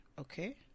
okay